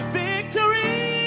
victory